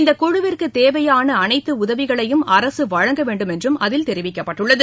இந்த குழுவிற்கு தேவையான அனைத்து உதவிகளையும் அரசு வழங்க வேண்டும் என்றும் அதில் தெரிவிக்கப்பட்டுள்ளது